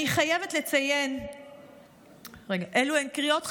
אני חייבת לציין שאלו קריאות חמורות.